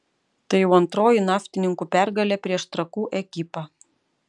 tai jau antroji naftininkų pergalė prieš trakų ekipą